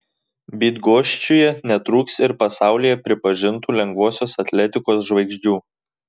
bydgoščiuje netrūks ir pasaulyje pripažintų lengvosios atletikos žvaigždžių